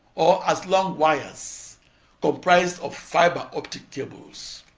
or as long wires comprised of fiber optic cables.